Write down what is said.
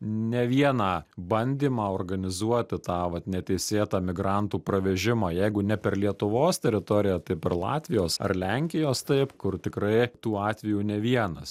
ne vieną bandymą organizuoti tą vat neteisėtą migrantų pravežimą jeigu ne per lietuvos teritoriją tai per latvijos ar lenkijos taip kur tikrai tų atvejų ne vienas